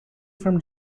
from